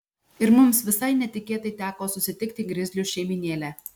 ir mums visai netikėtai teko susitikti grizlių šeimynėlę